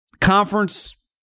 conference